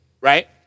Right